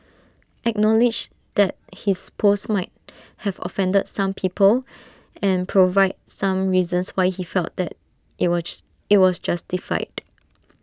acknowledge that his post might have offended some people and provide some reasons why he felt that IT was IT was justified